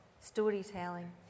storytelling